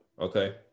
Okay